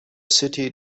city